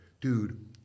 dude